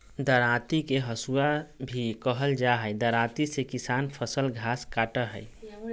दरांती के हसुआ भी कहल जा हई, दरांती से किसान फसल, घास काटय हई